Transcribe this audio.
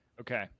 Okay